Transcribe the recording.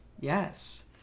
yes